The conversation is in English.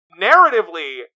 narratively